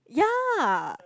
ya